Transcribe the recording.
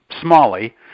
Smalley